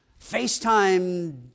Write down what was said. FaceTime